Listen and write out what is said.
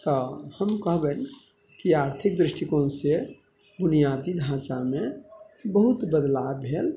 हँ हम कहबनि की आर्थिक दृष्टिकोणसँ बुनियादी ढाँचामे बहुत बदलाव भेल